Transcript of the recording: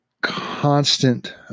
constant